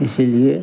इसलिए